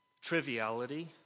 Triviality